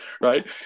right